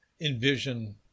envision